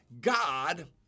God